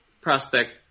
prospect